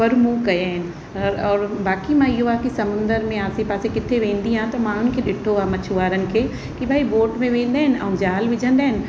पर मूं कया आहिनि और बाक़ी मां इहो आहे की समुंड में आसे पासे किथे वेंदी आहियां त माण्हूनि खे ॾिठो आहे मछुवारनि खे की भई बोट में वेंदा आहिनि ऐं जाल विझंदा आहिनि